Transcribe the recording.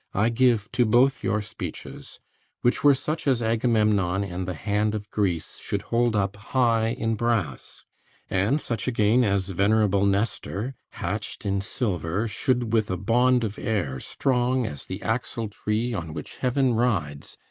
i give to both your speeches which were such as agamemnon and the hand of greece should hold up high in brass and such again as venerable nestor, hatch'd in silver, should with a bond of air, strong as the axle-tree on which heaven rides,